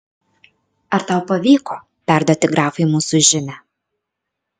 ar tau pavyko perduoti grafui mūsų žinią